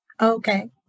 Okay